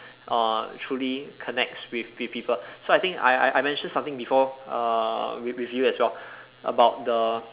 uh truly connects with with people so I think I I mention something before uh with with you as well about the